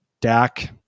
Dak